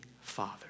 Father